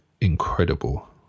incredible